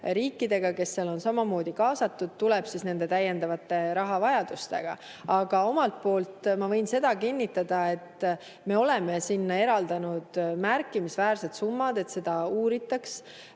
riikidega, kes seal on samamoodi kaasatud, ja tuleb nende täiendavate rahavajadustega. Aga omalt poolt ma võin kinnitada seda, et me oleme eraldanud märkimisväärsed summad, et seda uuritaks